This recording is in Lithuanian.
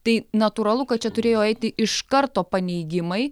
tai natūralu kad čia turėjo eiti iš karto paneigimai